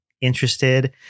interested